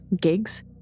gigs